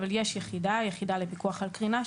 אבל יש יחידה היחידה לפיקוח על קרינה,